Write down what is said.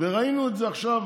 ראינו את זה עכשיו